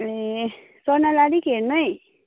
ए स्वर्णलाई अलिक हेर्नु है